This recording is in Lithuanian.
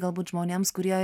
galbūt žmonėms kurie